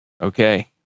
Okay